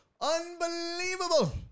unbelievable